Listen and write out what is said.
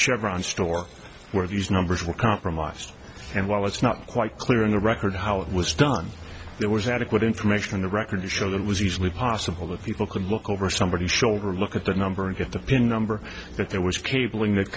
chevron store where these numbers were compromised and while it's not quite clear in the record how it was done there was adequate information in the record to show that it was usually possible that people could look over somebody's shoulder look at that number and get the pin number that there was cabling that